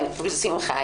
בוודאי, בשמחה.